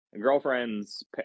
girlfriend's